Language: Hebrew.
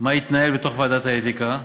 מה התנהל בתוך ועדת האתיקה.